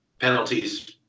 penalties